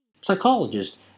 Psychologist